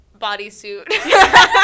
Bodysuit